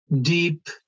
deep